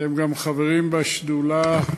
שהם גם חברים בשדולה,